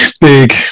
big